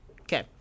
Okay